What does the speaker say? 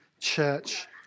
church